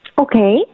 okay